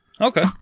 Okay